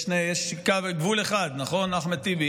יש גבול אחד, נכון, אחמד טיבי?